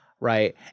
Right